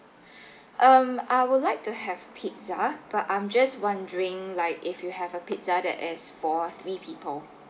um I would like to have pizza but I'm just wondering like if you have a pizza that is for three people